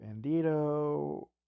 Bandito